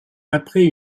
après